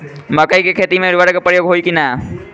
मकई के खेती में उर्वरक के प्रयोग होई की ना?